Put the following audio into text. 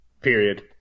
period